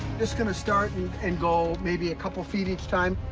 just gonna to start and and go maybe a couple of feet each time.